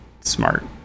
smart